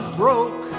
broke